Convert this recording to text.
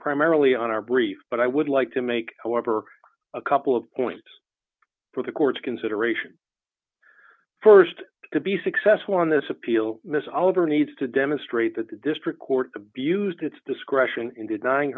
primarily on our brief but i would like to make however a couple of points for the court's consideration st to be successful on this appeal miss oliver needs to demonstrate that the district court abused its discretion and d